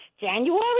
January